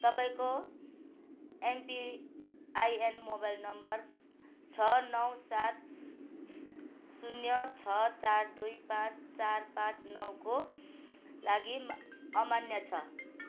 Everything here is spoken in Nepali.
तपाईँको एमपिआइएन मोबाइल नम्बर छ नौ सात शून्य छ चार दुई पाचँ चार पाचँ नौको लागी अमान्य छ